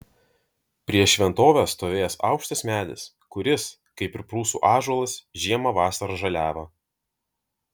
prieš šventovę stovėjęs aukštas medis kuris kaip ir prūsų ąžuolas žiemą vasarą žaliavo